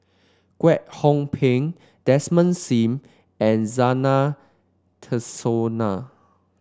Kwek Hong Png Desmond Sim and Zena Tessensohn